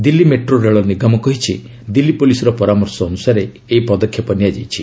Delhi metro ରେଳ ନିଗମ କହିଛି ଦିଲ୍ଲୀ ପୁଲିସ୍ର ପରାମର୍ଶ ଅନୁସାରେ ଏହି ପଦକ୍ଷେପ ନିଆଯାଇଛି